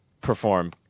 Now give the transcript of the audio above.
perform